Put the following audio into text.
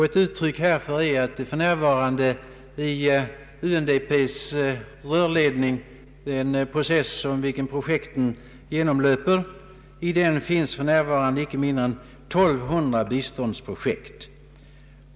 Ett uttryck härför är att det för närvarande i UNDP:s ”rörledning”, den process som projekten genomlöper, finns inte mindre än 1 200 biståndsprojekt.